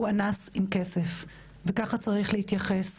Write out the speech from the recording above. הוא אנס עם כסף, וככה צריך להתייחס